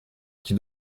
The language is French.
qu’il